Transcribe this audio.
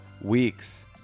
weeks